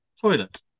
toilet